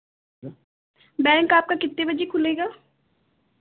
bank आपका कितने बजे खुलेगा